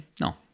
No